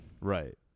Right